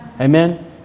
amen